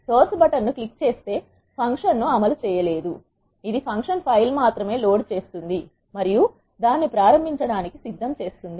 source button ను click చేస్తే function ను అమలు చేయలేదు ఇది ఫంక్షన్ ఫైల్ మాత్రమే లోడ్ చేస్తుంది మరియు దాన్ని ప్రారంభించడానికి సిద్ధం చేస్తుంది